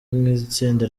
nk’itsinda